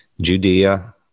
Judea